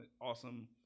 awesome